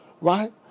Right